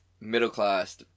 middle-class